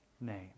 name